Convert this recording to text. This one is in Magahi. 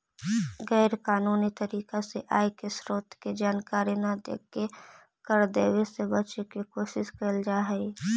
गैर कानूनी तरीका से आय के स्रोत के जानकारी न देके कर देवे से बचे के कोशिश कैल जा हई